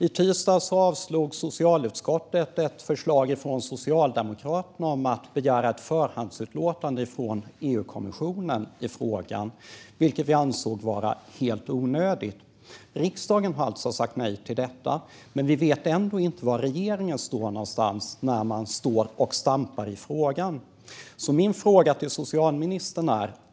I tisdags avslog socialutskottet ett förslag från Socialdemokraterna om att begära ett förhandsutlåtande från EU-kommissionen i frågan, vilket vi ansåg vara helt onödigt. Riksdagen har alltså sagt nej till detta, men vi vet ändå inte var regeringen står någonstans när man står och stampar i frågan.